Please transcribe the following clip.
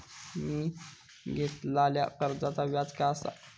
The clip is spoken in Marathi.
मी घेतलाल्या कर्जाचा व्याज काय आसा?